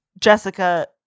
Jessica